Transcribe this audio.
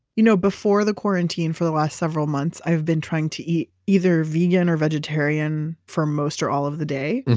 you know before the quarantine for the last several months, i've been trying to eat either vegan or vegetarian for most or all of the day.